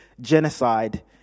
genocide